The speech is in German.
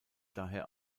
daher